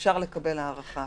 אפשר לקבל הערכה אחרת.